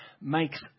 makes